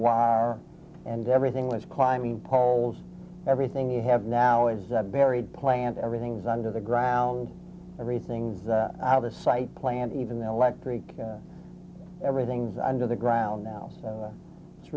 wire and everything was climbing poles everything you have now is buried plant everything's under the ground everything out of sight plant even the electric everything's under the ground now so it's